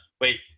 Wait